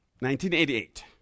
1988